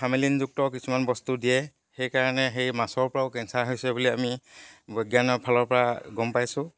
ফাৰ্মেলিনযুক্ত কিছুমান বস্তু দিয়ে সেইকাৰণে সেই মাছৰ পৰাও কেঞ্চাৰ হৈছে বুলি আমি বিজ্ঞানৰ ফালৰ পৰা গম পাইছোঁ